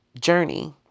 journey